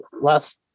last